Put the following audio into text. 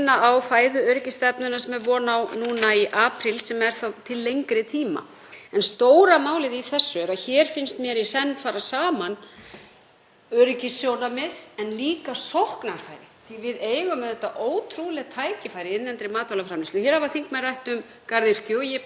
öryggissjónarmið og líka sóknarfæri því við eigum auðvitað ótrúleg tækifæri í innlendri matvælaframleiðslu. Hér hafa þingmenn rætt um garðyrkju og ég minni á þann viðbótarstuðning sem við settum til garðyrkjubænda, fjórðungsaukningu á stuðningi til garðyrkjubænda, og mætti gera betur, enda er alveg gríðarleg